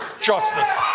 justice